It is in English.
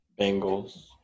Bengals